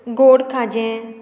गोड खाजें